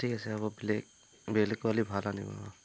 ঠিক আছে বেলেগ কোৱালিটি ভাল আনিব